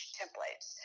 templates